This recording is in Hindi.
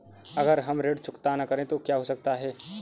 अगर हम ऋण चुकता न करें तो क्या हो सकता है?